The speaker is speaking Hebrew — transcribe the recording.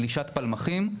גלישת פלמחים.